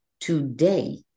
today